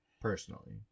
personally